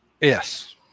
Yes